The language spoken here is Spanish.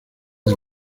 del